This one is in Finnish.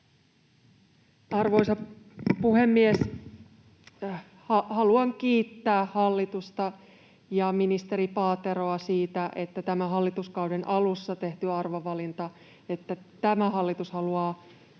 Arvoisa puhemies! Haluan kiittää hallitusta ja ministeri Paateroa siitä, että hallituskauden alussa tehtiin tämä arvovalinta, että tämä hallitus haluaa